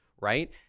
Right